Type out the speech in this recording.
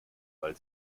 weil